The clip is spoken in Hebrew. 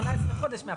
זה 18 חודשים מעכשיו.